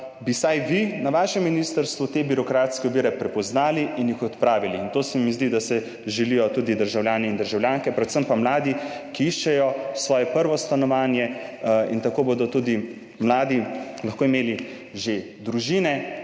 bi vsaj vi na vašem ministrstvu te birokratske ovire prepoznali in jih odpravili. Zdi se mi, da si to želijo tudi državljani in državljanke, predvsem pa mladi, ki iščejo svoje prvo stanovanje in tako bodo lahko tudi mladi že imeli družine